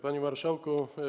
Panie Marszałku!